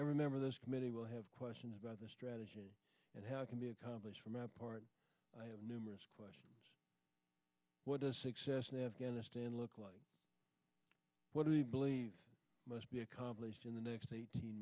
remember this committee will have questions about the strategy and how it can be accomplished for my part i have numerous question what does success in afghanistan look like what do you believe must be accomplished in the next eighteen